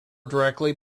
directly